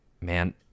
man